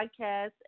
podcast